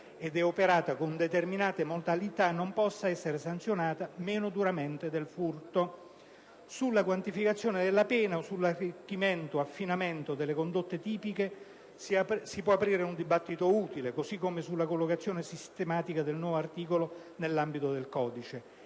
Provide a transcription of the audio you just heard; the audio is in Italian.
ed è operata con determinate modalità, non possa essere sanzionato meno duramente del furto. Sulla quantificazione della pena o sull'arricchimento/affinamento delle condotte tipiche si può aprire un dibattito utile, così come sulla collocazione sistematica del nuovo articolo nell'ambito del codice.